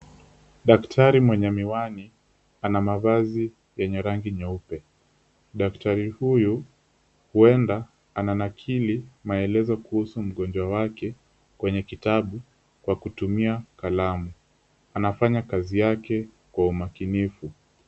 Daktari mwenye miwani ana mavazi yenye rangi nyeupe. Daktari huyu huenda ananakili maelezo kuhusu mgonjwa wake kwenye kitabu kwa kutumia kalamu. Anafanya kazi yake kwa umakinifu.